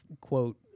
quote